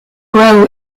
grow